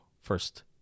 first